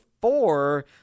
four